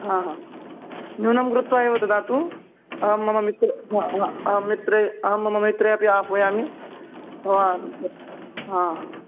हा हा न्यूनं कृत्वा एव ददातु अहं मम मित्रे हा हा अहं मित्रे अहं मम मित्रे अपि आह्वयामि भवान् हा हा